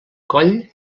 coll